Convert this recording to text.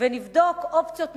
ונבדוק אופציות נוספות.